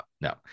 No